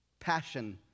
Passion